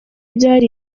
byari